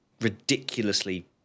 ridiculously